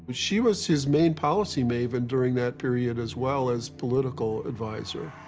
she was his main policy maven during that period as well as political advisor.